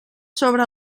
sobre